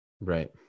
Right